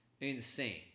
insane